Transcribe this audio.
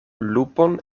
lupon